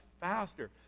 faster